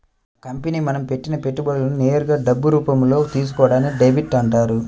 company మనం పెట్టిన పెట్టుబడులను నేరుగా డబ్బు రూపంలో తీసుకోవడాన్ని డెబ్ట్ అంటారు